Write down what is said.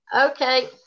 Okay